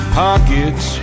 pockets